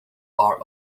are